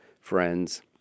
friends